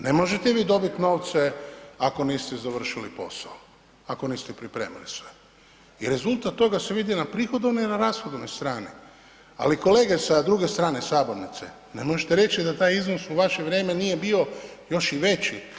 Ne možete vi dobit ovce ako niste završili posao, ako niste pripremili sve i rezultat toga se vidi na prihodovnoj i na rashodovnoj strani ali kolege sa druge strane sabornice, ne možete reći da taj iznos u vaše vrijeme nije bio još i veći.